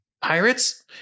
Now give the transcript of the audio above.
pirates